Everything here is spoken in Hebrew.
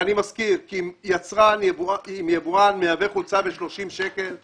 אני מזכיר שאם יבואן מייבא חולצה ב-30 שקלים,